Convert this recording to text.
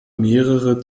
mehrere